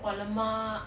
kuah lemak